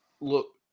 look